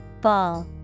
Ball